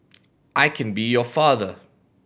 I can be your father